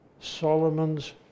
Solomon's